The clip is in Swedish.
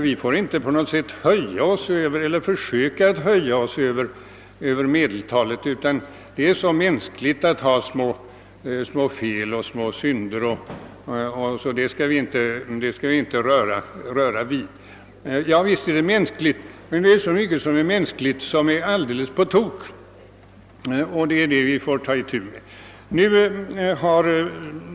Vi får inte på något sätt höja oss eller ens försöka att höja oss över medeltalet, ty det är så mänskligt att ha små fel och detta skall vi inte röra vid. Ja, visst är det mänskligt, men det är så mycket mänskligt som är alldeles på tok. Det är detta vi bör ta itu med.